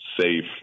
safe